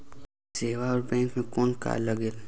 सेवा बर बैंक मे कौन का लगेल?